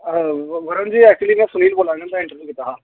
Varun ji actually में सुनील बोलै न में इंटरव्यू कीता हा